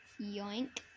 Yoink